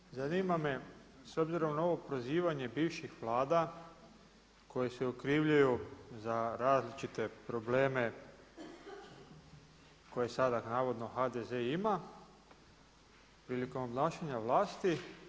Dakle, zanima me s obzirom na ovo prozivanje bivših Vlada koje se okrivljuju za različite probleme koje sada navodno HDZ ima prilikom obnašanja vlasti.